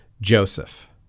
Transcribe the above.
Joseph